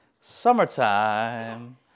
summertime